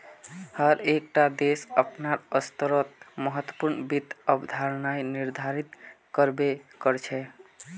हर एक टा देश अपनार स्तरोंत महत्वपूर्ण वित्त अवधारणाएं निर्धारित कर बे करछे